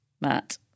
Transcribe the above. Matt